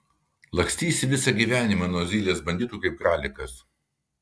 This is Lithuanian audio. lakstysi visą gyvenimą nuo zylės banditų kaip kralikas